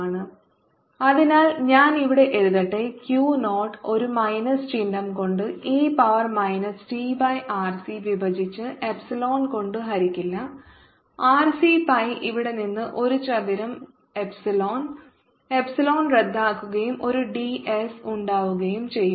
ds B2πs 00Q0e tRC0RCπa2×πs2 B 0Q0e tRC πs22πRC πa2s Bdis 0Q0e tRC s2πRC a2 അതിനാൽ ഞാൻ ഇവിടെ എഴുതട്ടെ Q 0 ഒരു മൈനസ് ചിഹ്നം ഉണ്ട് e power minus T by RC വിഭജിച്ച് എപ്സിലോൺ കൊണ്ട് ഹരിക്കില്ല ആർസി പൈ ഇവിടെ നിന്ന് ഒരു ചതുരം എപ്സിലോൺ എപ്സിലോൺ റദ്ദാക്കുകയും ഒരു ഡിഎസ് ഉണ്ടാവുകയും ചെയ്യും